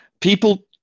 people